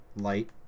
light